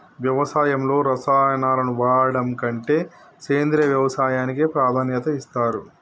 వ్యవసాయంలో రసాయనాలను వాడడం కంటే సేంద్రియ వ్యవసాయానికే ప్రాధాన్యత ఇస్తరు